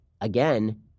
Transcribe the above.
again